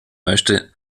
möchte